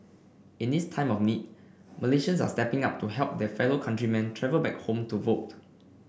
in this time of need Malaysians are stepping up to help their fellow countrymen travel back home to vote